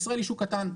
ישראל היא שוק קטן,